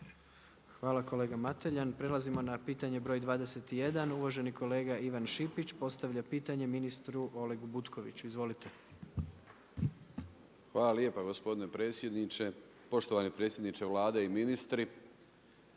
Hvala kolega Mateljan. Prelazimo na pitanje broj 21. Uvaženi kolega Ivan Šipiš, postavlja pitanje ministru Olegu Butkoviću. Izvolite. **Šipić, Ivan (HDZ)** Hvala lijepa gospodine predsjedniče, poštovani predsjedniče Vlade i ministri.